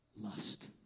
Lust